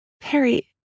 Perry